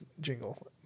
jingle